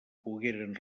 pogueren